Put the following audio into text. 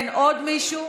כן, עוד מישהו?